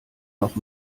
noch